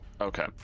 Okay